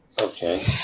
Okay